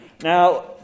Now